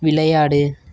விளையாடு